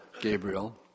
Gabriel